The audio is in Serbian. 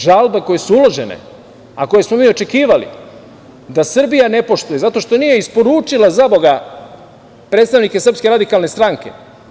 Žalbe koje su uložene, a koje smo mi očekivali da Srbija ne poštuje zato što nije isporučila zaboga predstavnike Srpske radikalne stranke.